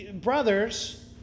brothers